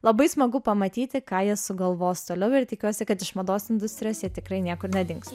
labai smagu pamatyti ką jie sugalvos toliau ir tikiuosi kad iš mados industrijos jie tikrai niekur nedings